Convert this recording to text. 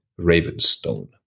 Ravenstone